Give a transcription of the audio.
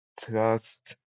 trust